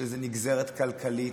יש לזה נגזרת כלכלית,